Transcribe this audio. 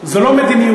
זו לא מדיניותנו.